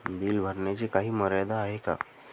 Bill भरण्याची काही मर्यादा आहे का?